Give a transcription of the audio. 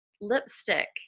lipstick